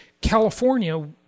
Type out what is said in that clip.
California